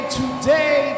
today